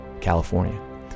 California